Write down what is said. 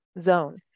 zone